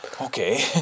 Okay